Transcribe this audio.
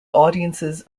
audiences